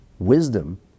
Wisdom